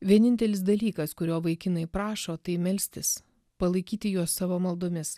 vienintelis dalykas kurio vaikinai prašo tai melstis palaikyti juos savo maldomis